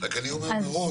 רק אני אומר מראש,